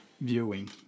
Viewing